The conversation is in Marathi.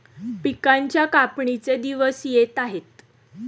पिकांच्या कापणीचे दिवस येत आहेत